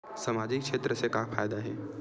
सामजिक क्षेत्र से का फ़ायदा हे?